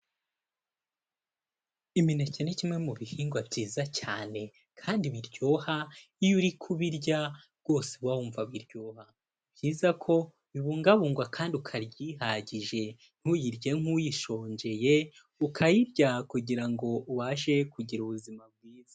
Imineke ni kimwe mu bihingwa byiza cyane, kandi biryoha, iyo uri kubirya rwose uba wumva biryoha, ni byiza ko bibungabungwa kandi ukarya ihagije, ntuyirye nk'uyishonjeye, ukayirya kugira ngo ubashe kugira ubuzima bwiza.